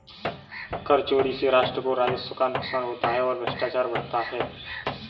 कर चोरी से राष्ट्र को राजस्व का नुकसान होता है और भ्रष्टाचार बढ़ता है